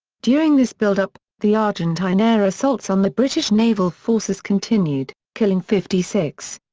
during this build-up, the argentine air assaults on the british naval forces continued, killing fifty six.